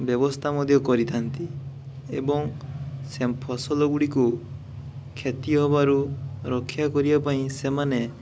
ବ୍ୟବସ୍ଥା ମଧ୍ୟ କରିଥାନ୍ତି ଏବଂ ଫସଲ ଗୁଡ଼ିକୁ କ୍ଷତି ହବାରୁ ରକ୍ଷାକରିବା ପାଇଁ ସେମାନେ